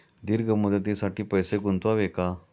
दीर्घ मुदतीसाठी पैसे गुंतवावे का?